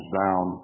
down